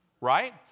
Right